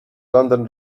london